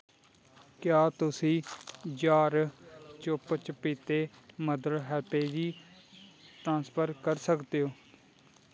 क्या तुस ज्हार चुप्प चपीते मदर हैल्पेज गी ट्रांसफर कर सकदे ओ